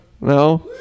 No